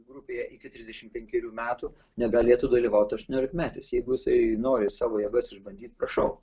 grupėje iki trisdešimt penkerių metų negalėtų dalyvaut aštuoniolikmetis jeigu jisai nori savo jėgas išbandyt prašau